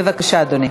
בבקשה, אדוני.